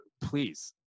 please